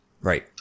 Right